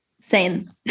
Sane